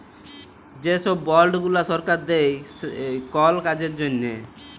যে ছব বল্ড গুলা সরকার দেই কল কাজের জ্যনহে